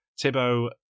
Thibaut